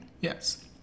Yes